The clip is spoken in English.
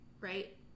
right